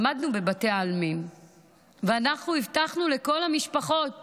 עמדנו בבתי העלמין והבטחנו לכל המשפחות